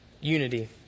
unity